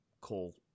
call